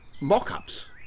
mock-ups